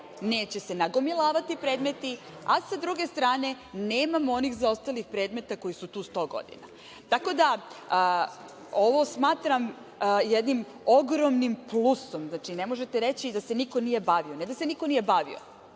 neće se nagomilavati predmeti, a sa druge strane nemamo onih zaostalih predmeta koji su tu sto godina. Ovo smatram jednim ogromnim plusom, ne možete reći da se niko nije bavio. Ne da se niko nije bavio,